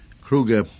Kruger